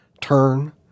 turn